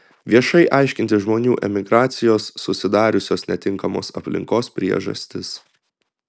viešai aiškintis žmonių emigracijos susidariusios netinkamos aplinkos priežastis